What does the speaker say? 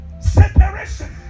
Separation